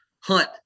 hunt